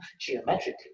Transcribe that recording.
geometrically